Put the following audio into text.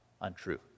untrue